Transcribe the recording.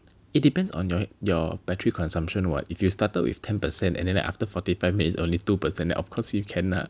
it depends on your your battery consumption [what] if you started with ten percent and then like after forty five minutes only two percent then of course you can lah